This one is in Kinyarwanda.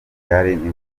portugal